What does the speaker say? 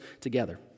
together